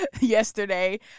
yesterday